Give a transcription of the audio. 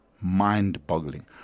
mind-boggling